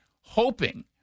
hoping